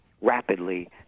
rapidly